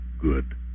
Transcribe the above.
good